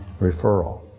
referral